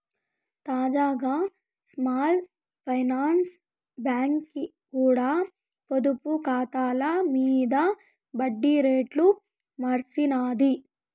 తాజాగా small finance బాంకీ కూడా పొదుపు కాతాల మింద ఒడ్డి రేట్లు మార్సినాది